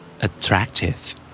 Attractive